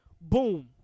Boom